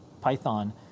Python